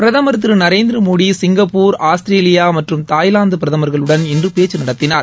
பிரதமர் திரு Narendra Modi Singapore Australia மற்றும் Thailand பிரதமர்களுடன் இன்று பேச்சு நடத்தினார்